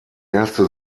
erste